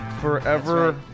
forever